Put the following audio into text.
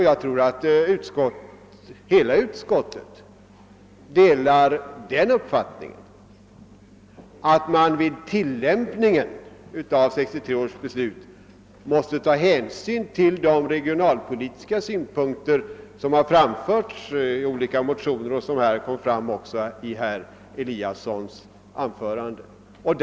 Jag tror att hela utskottet delar den uppfattningen att man vid tillämpningen av 1963 års beslut måste beakta regionalpolitiska synpunkter, såsom har framhållits i olika motioner och som även herr Eliasson sade här.